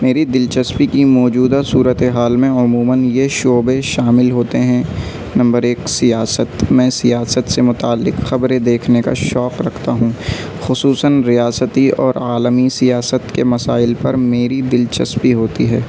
میری دلچسپی کی موجودہ صورت حال میں عموماً یہ شعبے شامل ہوتے ہیں نمبر ایک سیاست میں سیاست سے متعلق خبریں دیکھنے کا شوق رکھتا ہوں خصوصاً ریاستی اور عالمی سیاست کے مسائل پر میری دلچسپی ہوتی ہے